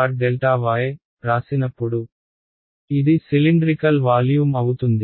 ∆s 2πr∆y రాసినప్పుడు ఇది cylindrical volume అవుతుంది